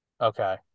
Okay